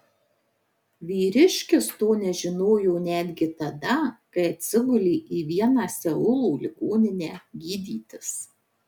vyriškis to nežinojo netgi tada kai atsigulė į vieną seulo ligoninę gydytis